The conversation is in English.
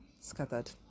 scattered